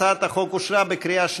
הצבעה מס'